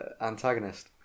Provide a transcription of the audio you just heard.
antagonist